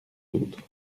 autres